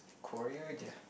Korea jer